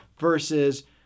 versus